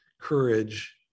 courage